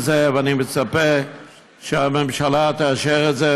ואני מצפה שהממשלה תאשר את זה,